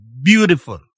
beautiful